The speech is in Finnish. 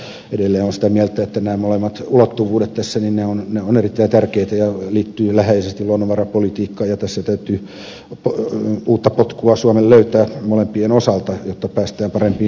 edelleen olen sitä mieltä että nämä molemmat ulottuvuudet tässä ovat erittäin tärkeitä ja liittyvät läheisesti luonnonvarapolitiikkaan ja tässä täytyy suomen löytää uutta potkua molempien osalta jotta päästään parempiin tuloksiin